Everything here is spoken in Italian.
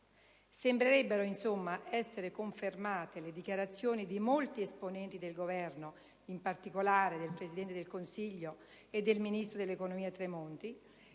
Sembrerebbero insomma essere confermate le dichiarazioni di molti esponenti del Governo (in particolare del Presidente del Consiglio e del Ministro dell'economia e